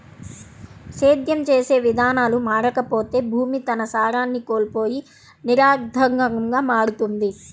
సేద్యం చేసే విధానాలు మారకపోతే భూమి తన సారాన్ని కోల్పోయి నిరర్థకంగా మారుతుంది